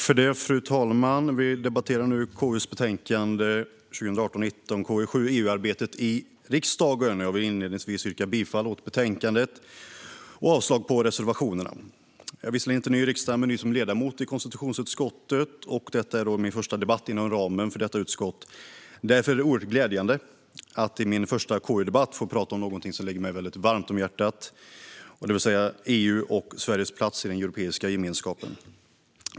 Fru talman! Vi debatterar nu KU:s betänkande 2018/19:KU7 EU-arbetet i riksdagen . Jag vill inledningsvis yrka bifall till utskottets förslag och avslag på reservationerna. Jag är visserligen inte ny i riksdagen men ny som ledamot i konstitutionsutskottet, och det här är min första debatt inom ramen för detta utskott. Därför är det oerhört glädjande att i min första KU-debatt få prata om något som ligger mig varmt om hjärtat, nämligen EU och Sveriges plats i den europeiska gemenskapen.